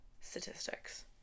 statistics